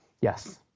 Yes